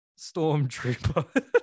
stormtrooper